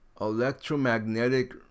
electromagnetic